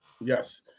Yes